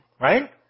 right